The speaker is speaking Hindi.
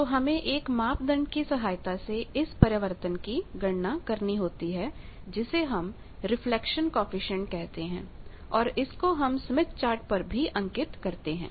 तो हमें एक मापदंड की सहायता से इस परावर्तन की गणना करनी होती है जिसे हम रिफ्लेक्शन कॉएफिशिएंट कहते हैं और इसको हम स्मिथ चार्ट पर भी अंकित करते हैं